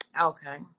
Okay